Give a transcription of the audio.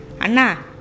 Anna